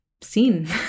seen